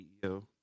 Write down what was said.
CEO